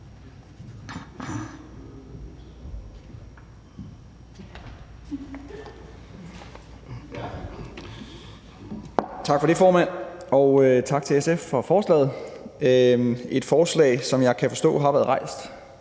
Tak for det, formand, og tak til SF for forslaget. Det er et forslag, som jeg kan forstå har været rejst